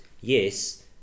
yes